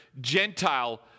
Gentile